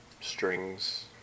strings